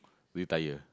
retire